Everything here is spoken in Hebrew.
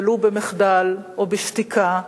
ולו במחדל או בשתיקה,